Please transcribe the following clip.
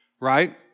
right